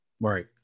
Right